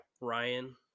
Ryan